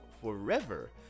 forever